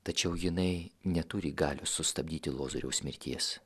tačiau jinai neturi galios sustabdyti lozoriaus mirties